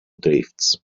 drifts